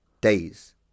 days